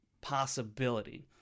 possibility